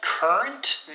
Current